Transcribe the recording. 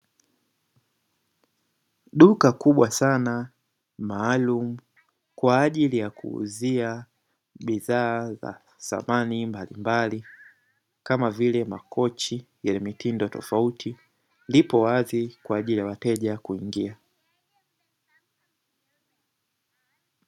Duka kubwa Sana maalumu kwaajili ya kuuzia bidhaa za samani mbalimbali kama vile makochi yenye mitindo tofauti lipo wazi kwaajili ya wateja kuingia.